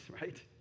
right